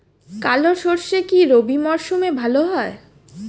কালো সরষে কি রবি মরশুমে ভালো হয়?